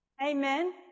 Amen